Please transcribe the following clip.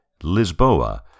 Lisboa